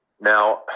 Now